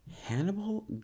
Hannibal